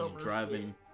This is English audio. driving